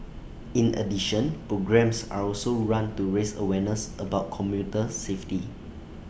in addition programmes are also run to raise awareness about commuter safety